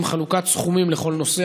עם חלוקת סכומים לכל נושא.